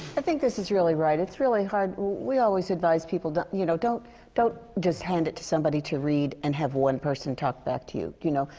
i think this is really right. it's really hard we always advise people, you know, don't don't just hand it to somebody to read and have one person talk back to you. you know?